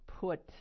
put